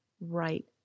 right